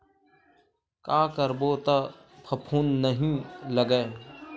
का करबो त फफूंद नहीं लगय?